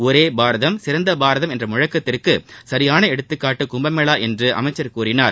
ஒரே பாரதம் சிறந்த பாரதம் என்ற முழக்கத்திற்கு சரியான எடுத்துக்காட்டு கும்பமேளா என்று அமைச்சர் கூறினார்